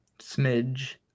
Smidge